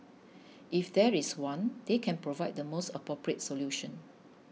if there is one they can provide the most appropriate solution